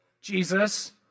Jesus